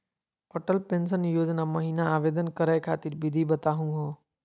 Atal pension योजना महिना आवेदन करै खातिर विधि बताहु हो?